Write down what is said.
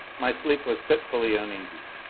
my sleep was fitfully uneasy.